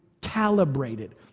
calibrated